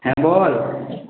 হ্যাঁ বল